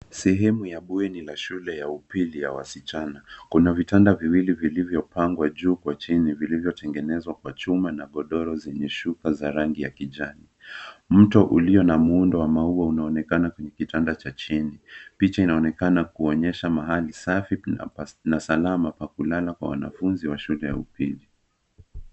Sehemu ya bweni la shule ya upili ya wasichana. Kuna vitanda viwili vilivyopangwa juu kwa chini, vilivyotengenezwa kwa chuma na godoro zenye shuka za rangi ya kijani. Mto uliona muundo wa maua unaonekana kwenye kitanda cha chini. Picha inaonekana kuonyesha mahali safi na salama pa kulala kwa wanafunzi wa shule ya upili.